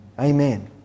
Amen